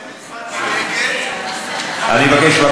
אני מבקש,